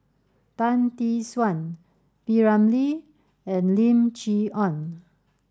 Tan Tee Suan P Ramlee and Lim Chee Onn